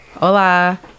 Hola